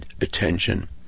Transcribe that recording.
attention